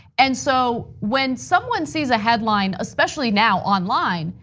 and so, when someone sees a headline, especially now online,